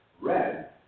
Red